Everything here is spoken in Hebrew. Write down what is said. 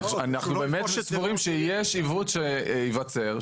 אנחנו באמת סבורים שיש עיוות שייווצר,